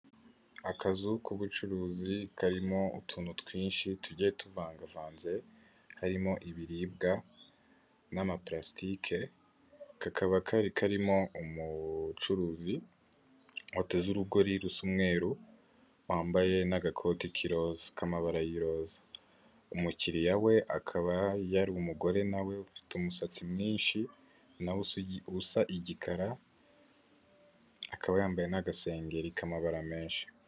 Akazu k'ubucuruzi karimo utuntu twinshi tugiye tuvangavanze, harimo ibiribwa n'amapurasitike, kakaba kari karimo umucuruzi wateze urugori rusa umweru wambaye n'agakoti k'amabara y'iroza, umukiliya we akaba yari umugore nawe ufite umusatsi mwinshi nawe usa igikara, akaba yambaye n'agasengeri k'amabara menshi.